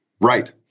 Right